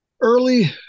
early